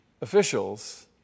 officials